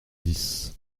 dix